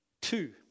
two